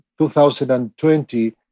2020